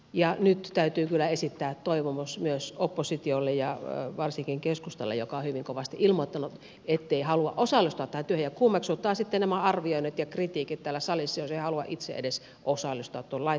ja nyt täytyy kyllä esittää toivomus myös oppositiolle ja varsinkin keskustalle joka on hyvin kovasti ilmoittanut ettei halua osallistua tähän työhön kummeksuttaa sitten nämä arvioinnit ja kritiikit täällä salissa jos ei haluta itse edes osallistua tuon lain työstämiseen